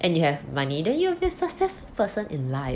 and you have money then you will be a successful person in life